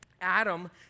adam